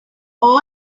all